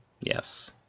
Yes